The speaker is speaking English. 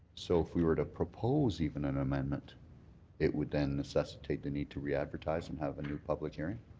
so if we were to propose even an amendment it would then necessitate the need to readvertise and have a new public hearing?